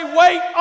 wait